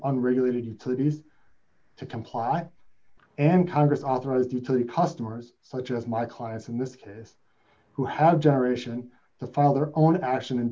unregulated utilities to comply and congress authorized utility customers such as my clients in this case who have generation to file their own action and